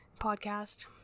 podcast